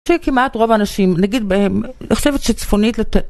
יש לי כמעט רוב האנשים, נגיד בהם, אני חושבת שצפונית לתל.